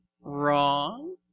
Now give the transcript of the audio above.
Wrong